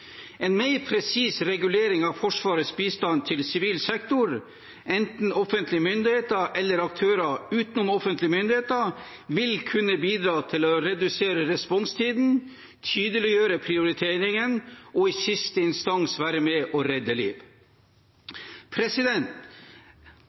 En mer presis regulering av Forsvarets bistand til sivil sektor, enten offentlige myndigheter eller aktører utenom offentlige myndigheter, vil kunne bidra til å redusere responstiden, tydeliggjøre prioriteringen og i siste instans være med og redde liv.